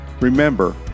Remember